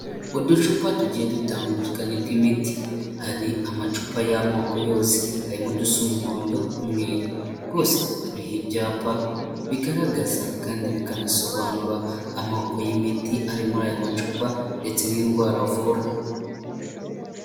Uducupa tugiye dutangakanye tw'imiti hari amacupa y'amoko yose harimo udusa umuhondo, umweru, twose turiho ibyapa bigaragaza kandi bikanasobanura amoko y'imiti ari muri aya macupa ndetse n'indwara avura.